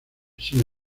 sin